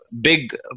big